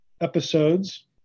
episodes